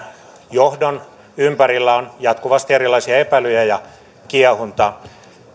johdon ympärillä on jatkuvasti erilaisia epäilyjä ja kiehuntaa